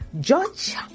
George